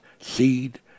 seed